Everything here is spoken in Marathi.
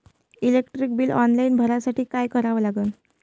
इलेक्ट्रिक बिल ऑनलाईन भरासाठी का करा लागन?